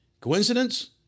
Coincidence